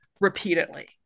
repeatedly